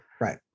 Right